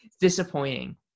Disappointing